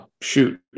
Shoot